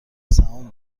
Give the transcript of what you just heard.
سهام